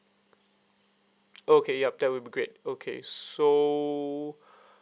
okay yup that will be great okay so